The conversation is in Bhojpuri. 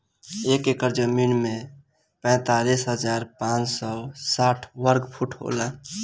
एक एकड़ जमीन तैंतालीस हजार पांच सौ साठ वर्ग फुट होला